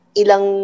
ilang